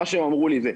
מה שהם אמרו לי זה,